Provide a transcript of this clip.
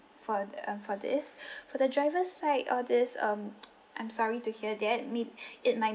for the uh for this for the driver side all this um I'm sorry to hear that I mean it might